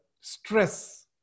stress